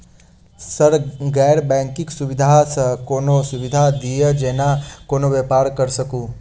Sir गैर banking सुविधा सँ कोनों सुविधा दिए जेना कोनो व्यापार करऽ सकु?